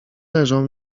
leżą